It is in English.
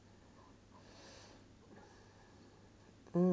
mm